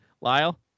Lyle